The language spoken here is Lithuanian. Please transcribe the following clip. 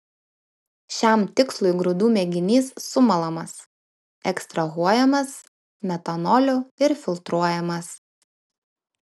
šiam tikslui grūdų mėginys sumalamas ekstrahuojamas metanoliu ir filtruojamas